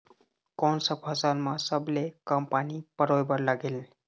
कोन सा फसल मा सबले कम पानी परोए बर लगेल?